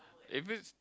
if it's